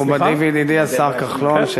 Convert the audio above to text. מכובדי וידידי השר כחלון,